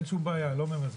אין שום בעיה, לא ממזגים.